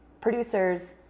producers